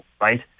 Right